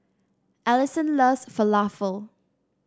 Alyson loves Falafel